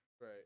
Right